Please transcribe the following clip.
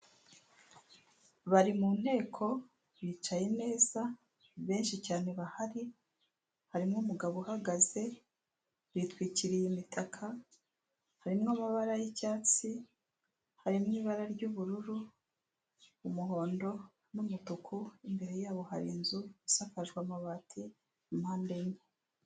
Bari mu nteko bicaye neza, benshi cyane bahari harimo umugabo uhagaze, bitwikiriye imitaka harimo amabara y'icyatsi, harimo ibara ry'ubururu , umuhondo n'umutuku imbere yabo hari inzu isakajwe amabati ya mande enye.